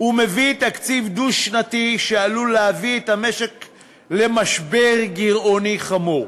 ומביא תקציב דו-שנתי שעלול להביא את המשק למשבר גירעוני חמור,